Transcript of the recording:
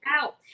out